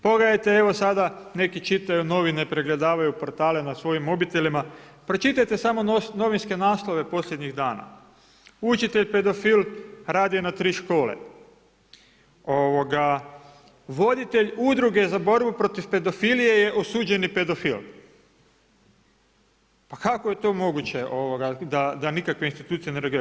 Pogledajte evo sada neki čitaju novine, pregledavaju portale na svojim mobitelima, pročitajte samo novinske naslove posljednjih dana. učitelj pedofil radi na tri škole, voditelj Udruge za borbu protiv pedofilije je osuđeni pedofil, pa kako je to moguće da nikakve institucije ne reagiraju?